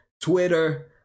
twitter